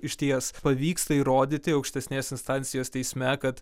išties pavyksta įrodyti aukštesnės instancijos teisme kad